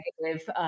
negative